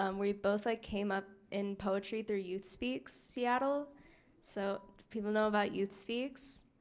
um we both like came up in poetry their youth speaks seattle so people know about youth speaks.